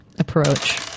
approach